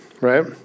right